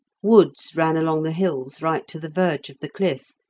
woods ran along the hills right to the verge of the cliff,